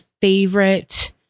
favorite